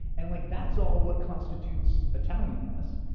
and like that's all what constitutes italianness.